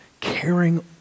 caring